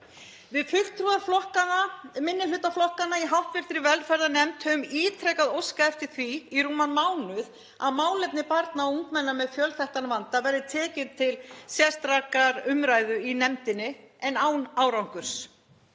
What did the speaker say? Við fulltrúar minnihlutaflokkanna í hv. velferðarnefnd höfum ítrekað óskað eftir því í rúman mánuð að málefni barna og ungmenna með fjölþættan vanda verði tekin til sérstakrar umræðu í nefndinni en án árangurs.